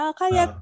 kaya